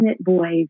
boys